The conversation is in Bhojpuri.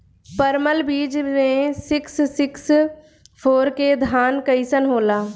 परमल बीज मे सिक्स सिक्स फोर के धान कईसन होला?